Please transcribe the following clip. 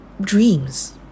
dreams